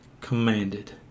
commanded